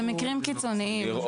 במקרים קיצוניים,